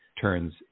turns